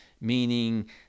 meaning